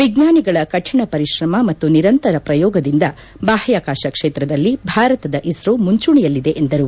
ವಿಜ್ವಾನಿಗಳ ಕಠಿಣ ಪರಿಶ್ರಮ ಮತ್ತು ನಿರಂತರ ಪ್ರಯೋಗದಿಂದ ಬಾಹ್ಕಾಕಾಶ ಕ್ಷೇತ್ರದಲ್ಲಿ ಭಾರತದ ಇಸ್ರೋ ಮುಂಚೂಣಿಯಲ್ಲಿದೆ ಎಂದರು